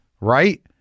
right